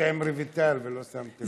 החלפתי עם רויטל ולא שמתי לב.